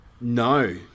No